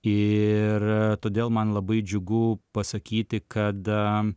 ir todėl man labai džiugu pasakyti kad